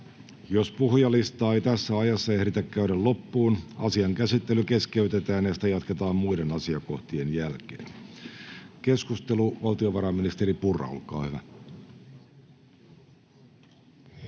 Jos puhujalistaa ei tässä ajassa ehditä käydä loppuun, asian käsittely keskeytetään ja sitä jatketaan muiden asiakohtien jälkeen. — Keskustelu, valtiovarainministeri Purra, olkaa hyvä.